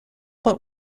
but